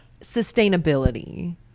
sustainability